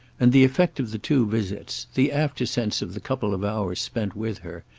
and the effect of the two visits, the after-sense of the couple of hours spent with her,